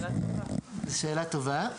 זאת שאלה טובה.